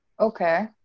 Okay